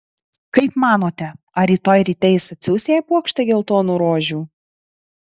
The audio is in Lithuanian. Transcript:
kaip manote ar rytoj ryte jis atsiųs jai puokštę geltonų rožių